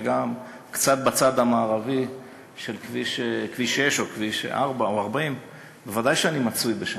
וגם קצת בצד המערבי של כביש 6 או כביש 4 או 40. ודאי שאני מצוי שם.